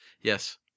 Yes